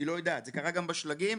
זה קרה גם בשלגים.